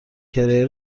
کرایه